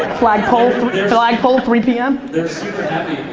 flagpole three flagpole three p m. they're super happy